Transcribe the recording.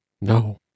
No